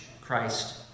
Christ